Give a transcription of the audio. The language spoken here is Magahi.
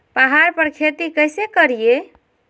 पहाड़ पर खेती कैसे करीये?